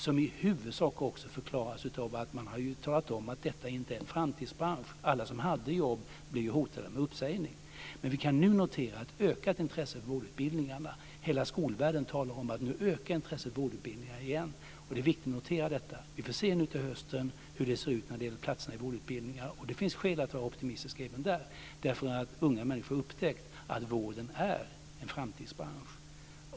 Det förklaras i huvudsak av att man har talat om att detta inte är en framtidsbransch. Alla som hade jobb blev ju hotade med uppsägning. Nu kan vi notera ett ökat intresse för vårdutbildningarna. Hela skolvärlden talar nu om att intresset för vårdutbildningar ökar igen. Det är viktigt att notera detta. Vi får se till hösten hur det ser ut när det gäller platserna i vårdutbildningarna. Det finns skäl att vara optimistisk även där. Unga människor har upptäckt att vården är en framtidsbransch.